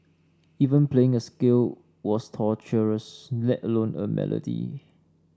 even playing a scale was torturous let alone a melody